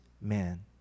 man